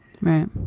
Right